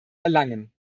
erlangen